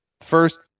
first